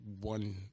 one